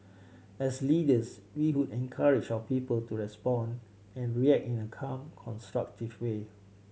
as leaders we would encourage our people to respond and react in a calm constructive way